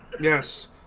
Yes